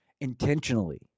Intentionally